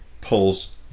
pulls